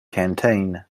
canteen